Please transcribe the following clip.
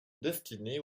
destinée